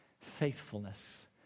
faithfulness